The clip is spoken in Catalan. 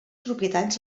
propietats